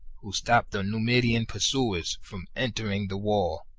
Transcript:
who stopped the numidian pursuers from entering the wall,